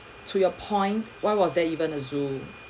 to your point why was there even a zoo